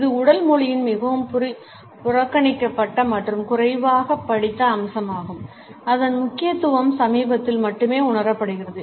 இது உடல் மொழியின் மிகவும் புறக்கணிக்கப்பட்ட மற்றும் குறைவாகப் படித்த அம்சமாகும் அதன் முக்கியத்துவம் சமீபத்தில் மட்டுமே உணரப்படுகிறது